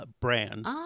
brand